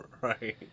Right